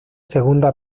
segunda